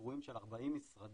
אירועים של 40 משרדים,